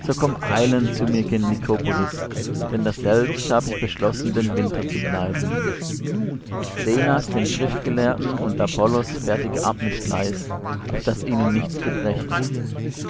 zu mir gen nikopolis denn daselbst habe ich beschlossen den winter zu bleiben zenas den schriftgelehrten und apollos fertige ab mit fleiß auf daß ihnen nichts gebreche